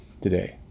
today